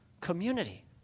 community